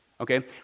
Okay